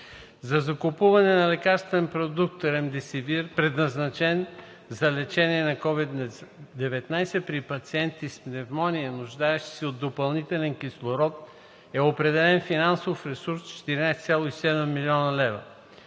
За закупуване на лекарствен продукт Veklury (Ремдесивир), предназначен за лечение на COVID-19 при пациенти с пневмония, нуждаещи се от допълнителен кислород, е определен финансов ресурс от 14,7 млн. лв.